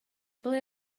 ble